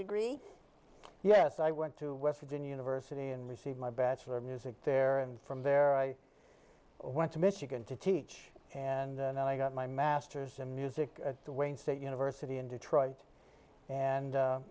degree yes i went to west virginia university and received my bachelor music there and from there i went to michigan to teach and then i got my masters in music at the wayne state university in detroit and